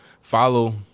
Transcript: follow